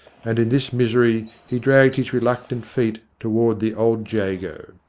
and in this misery he dragged his reluctant feet toward the old j ago.